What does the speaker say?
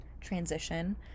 transition